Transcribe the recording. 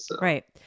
right